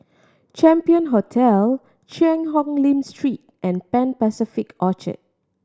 Champion Hotel Cheang Hong Lim Street and Pan Pacific Orchard